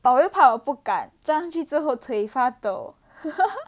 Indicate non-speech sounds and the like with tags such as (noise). but 我又怕我不敢站上去之后腿发抖 (laughs)